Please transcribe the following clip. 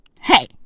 Hey